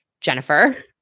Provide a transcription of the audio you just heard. Jennifer